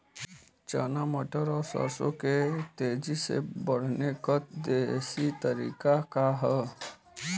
चना मटर और सरसों के तेजी से बढ़ने क देशी तरीका का ह?